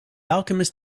alchemist